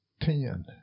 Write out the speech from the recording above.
ten